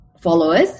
followers